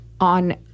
on